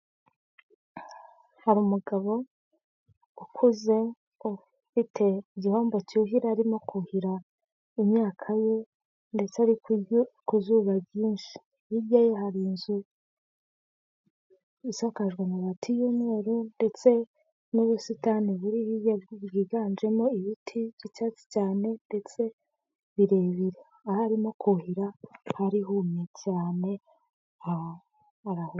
Hari umugabo ukuze ufite igihombo cyuhira arimo kuhira imyaka ye ndetse ariko ku zuba ryinshi, hirya ye hari inzu isakajwe amabati y'umweru ndetse hari ubusitani buri bwiganjemo ibiti by'icyatsi cyane ndetse birebire aho arimo kuhira hari humye cyane.